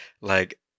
Like-